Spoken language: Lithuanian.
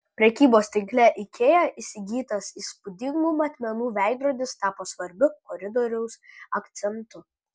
prekybos tinkle ikea įsigytas įspūdingų matmenų veidrodis tapo svarbiu koridoriaus akcentu